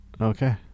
Okay